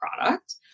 product